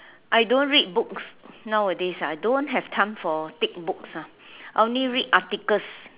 I don't read books nowadays ah I don't have time for thick books ah I only read articles